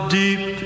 deep